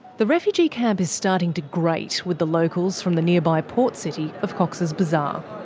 the refugee camp is starting to grate with the locals from the nearby port city of cox's bazar.